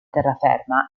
terraferma